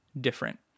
different